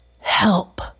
help